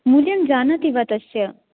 मूल्यम् जानाति वा तस्य